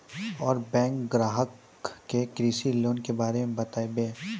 और बैंक ग्राहक के कृषि लोन के बारे मे बातेबे?